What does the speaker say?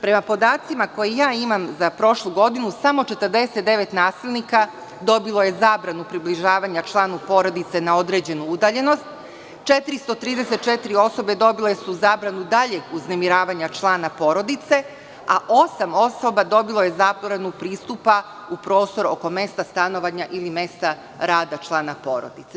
Prema podacima koje ja imam za prošlu godinu, samo 49 nasilnika dobilo je zabranu približavanja članu porodice na određenu udaljenost, 434 osobe dobile su zabranu daljeg uznemiravanja člana porodice, a osam osoba dobilo je zabranu pristupa u prostor oko mesta stanovanja i mesta rada člana porodice.